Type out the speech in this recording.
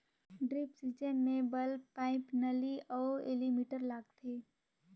drip सिंचई मे valve, pipe, नली अउ एलीमिटर लगाथें